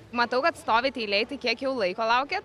matau kad stovit eilėj tai kiek jau laiko laukiat